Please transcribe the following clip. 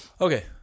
Okay